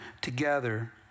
together